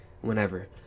whenever